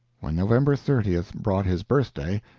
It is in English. when november thirtieth brought his birthday,